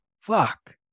fuck